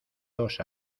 dos